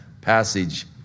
passage